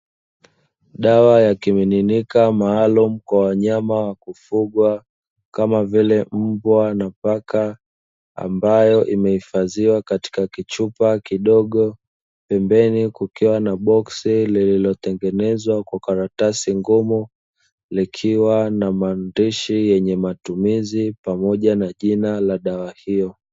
Dawa ya kimiminika maalumu kwa wanyama wa kufugwa kama vile mbwa na paka, ambayo imeifadhiwa katika kichupa kidogo pembeni kukiwa na boksi lililotengenezwa kwa karatasi ngumu, likiwa na maandishi yenye matumizi pamoja na jina la dawa hiyo.